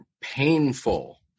painful